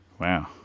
wow